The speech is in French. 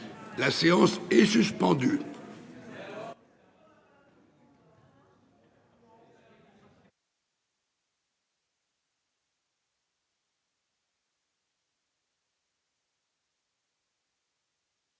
La séance est suspendue.